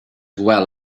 well